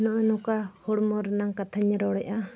ᱱᱚᱜᱼᱚᱭ ᱱᱚᱝᱠᱟ ᱦᱚᱲᱢᱚ ᱨᱮᱱᱟᱝ ᱠᱟᱛᱷᱟᱧ ᱨᱚᱲᱮᱜᱼᱟ